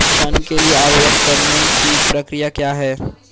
ऋण के लिए आवेदन करने की प्रक्रिया क्या है?